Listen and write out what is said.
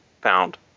found